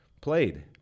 played